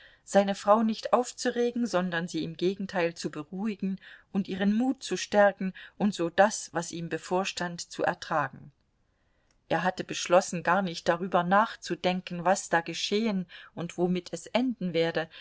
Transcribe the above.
seine frau nicht aufzuregen sondern sie im gegenteil zu beruhigen und ihren mut zu stärken und so das was ihm bevorstand zu ertragen er hatte beschlossen gar nicht darüber nachzudenken was da geschehen und womit es enden werde